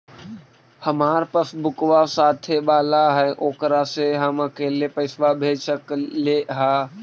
हमार पासबुकवा साथे वाला है ओकरा से हम अकेले पैसावा भेज सकलेहा?